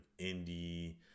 indie